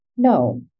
No